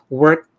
work